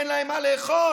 אין להם מה לאכול.